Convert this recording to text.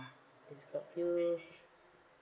if got few